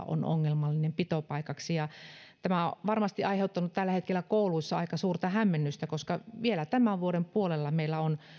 on ongelmallinen pitopaikka tämä varmasti aiheuttaa tällä hetkellä kouluissa aika suurta hämmennystä koska vielä tämän vuoden puolella meillä on